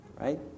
right